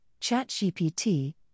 ChatGPT